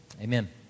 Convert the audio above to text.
amen